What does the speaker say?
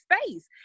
space